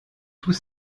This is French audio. tous